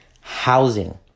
housing